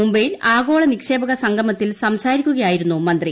മുംബൈയിൽ ആഗോള നിക്ഷേപക സംഗമത്തിൽ സംസാരിക്കുകയായിരുന്നു മന്ത്രി